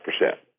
percent